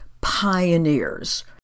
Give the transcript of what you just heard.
pioneers